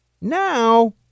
Now